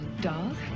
dog